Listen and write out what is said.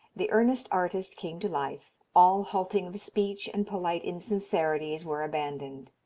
the earnest artist came to life, all halting of speech and polite insincerities were abandoned.